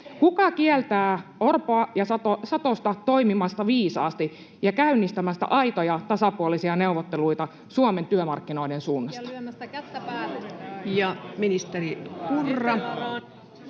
Kuka kieltää Orpoa ja Satosta toimimasta viisaasti ja käynnistämästä aitoja tasapuolisia neuvotteluita Suomen työmarkkinoiden suunnasta?